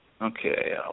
Okay